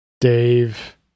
dave